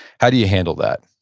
how do you handle that?